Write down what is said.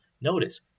Notice